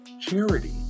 charity